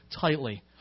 tightly